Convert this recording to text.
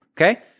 Okay